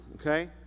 okay